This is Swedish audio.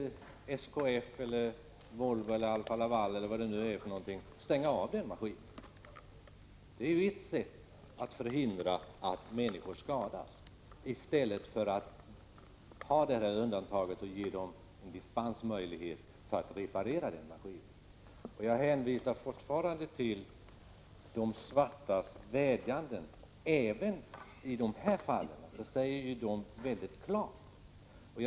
SKF, Volvo, Alfa-Laval eller vad det nu är för företag får stänga av denna maskin. Det är ett sätt att förhindra att människor skadas i stället för att utnyttja undantagsmöjligheten och ge dispens för att maskinen skall kunna repareras. Jag hänvisar fortfarande till de svartas vädjanden. Även i sådana här fall säger de väldigt klart ifrån.